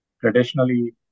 traditionally